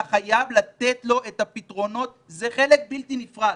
אתה חייב לתת לו את הפתרונות, זה חלק בלתי נפרד.